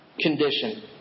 condition